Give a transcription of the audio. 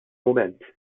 mument